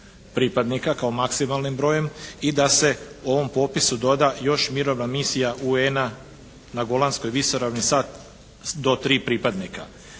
pripadnika kao maksimalnim brojem i da se ovom popisu doda još mirovna misija UN-a na Golanskoj visoravni sa, do tri pripadnika.